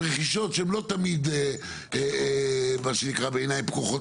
שהן רכישות שהן לא תמיד בעיניים פקוחות